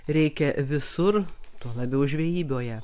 reikia visur tuo labiau žvejyboje